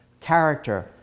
character